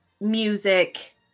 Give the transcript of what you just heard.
music